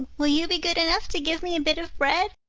will you be good enough to give me a bit of bread?